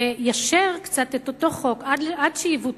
ליישר קצת את אותו חוק עד שיבוטל.